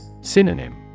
Synonym